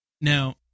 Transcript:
Now